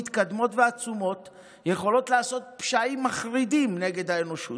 מתקדמות ועצומות יכולות לעשות פשעים מחרידים נגד האנושות.